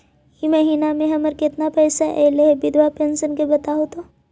इ महिना मे हमर केतना पैसा ऐले हे बिधबा पेंसन के बताहु तो?